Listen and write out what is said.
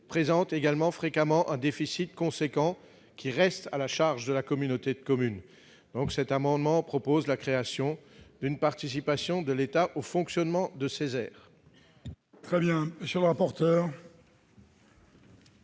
présente également fréquemment un déficit considérable, qui reste à la charge de la communauté de communes. Je propose donc la création d'une participation de l'État au fonctionnement de ces aires.